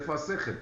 איפה השכל?